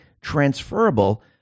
transferable